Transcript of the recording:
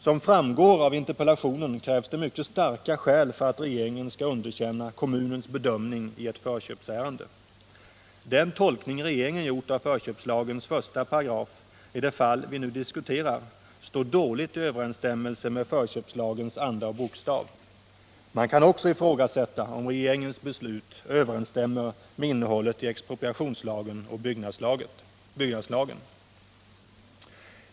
Som framgår av interpellationen krävs det mycket starka skäl för att regeringen skall underkänna kommunens bedömning i ett förköpsärende. Den tolkning regeringen gjort av förköpslagens 1 § i det fall vi nu diskuterar står dåligt i överensstämmelse med förköpslagens anda och bokstav. Man kan också ifrågasätta om regeringsbeslutet överensstämmer med innehållet i expropriationslagen och byggnadslagen.